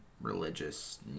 religious